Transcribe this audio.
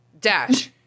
Dash